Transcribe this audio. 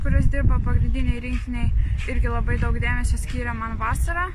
kuris dirba pagrindinėj rinktinėj irgi labai daug dėmesio skyrė man vasarą